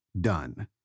done